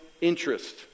interest